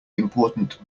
important